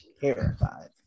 terrified